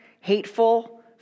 hateful